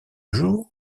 jour